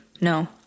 no